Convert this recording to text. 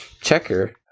Checker